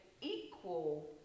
equal